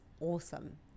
awesome